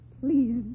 Please